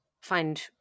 find